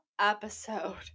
episode